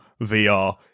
VR